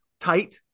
tight